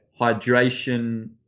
hydration